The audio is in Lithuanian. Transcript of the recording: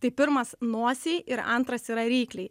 tai pirmas nosiai ir antras yra ryklei